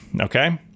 Okay